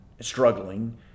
struggling